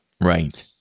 Right